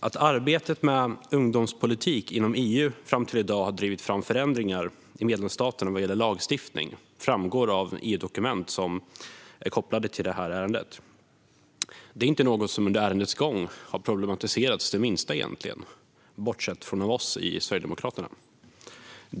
Att arbetet med ungdomspolitik inom EU fram till i dag har drivit fram förändringar i medlemsstaterna vad gäller lagstiftning framgår av EU-dokument kopplade till detta ärende. Det är inte något som under ärendets gång har problematiserats det minsta, förutom av Sverigedemokraterna.